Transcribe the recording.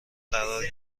قرار